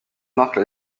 marque